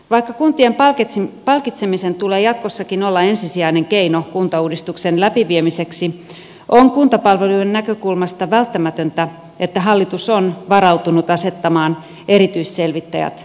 vaikka kuntien palkitsemisen tulee jatkossakin olla ensisijainen keino kuntauudistuksen läpiviemiseksi on kuntapalvelujen näkökulmasta välttämätöntä että hallitus on varautunut asettamaan erityisselvittäjät ongelma alueille